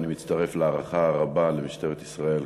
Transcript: אני מצטרף להערכה הרבה למשטרת ישראל,